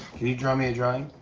can you draw me a drawing?